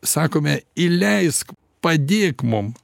sakome įleisk padėk mum